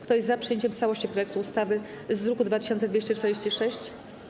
Kto jest za przyjęciem w całości projektu ustawy z druku nr 2246?